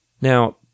Now